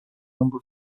number